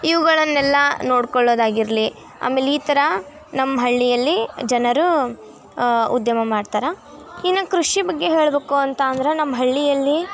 ಇವುಗಳನ್ನೆಲ್ಲ ನೋಡ್ಕೊಳ್ಳೋದಾಗಿರಲಿ ಆಮೇಲೆ ಈ ಥರ ನಮ್ಮ ಹಳ್ಳಿಯಲ್ಲಿ ಜನರು ಉದ್ಯಮ ಮಾಡ್ತಾರೆ ಇನ್ನು ಕೃಷಿ ಬಗ್ಗೆ ಹೇಳಬೇಕು ಅಂತ ಅಂದರೆ ನಮ್ಮ ಹಳ್ಳಿಯಲ್ಲಿ